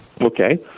Okay